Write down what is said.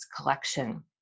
collection